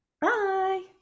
Bye